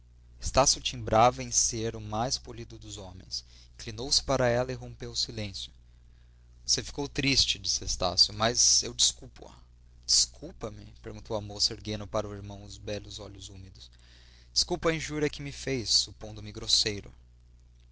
estácio timbrava em ser o mais polido dos homens inclinou-se para ela e rompeu o silêncio você ficou triste disse estácio mas eu desculpo a desculpa me perguntou a moça erguendo para o irmão os belos olhos úmidos desculpo a injúria que me fez